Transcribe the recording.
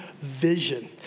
vision